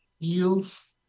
feels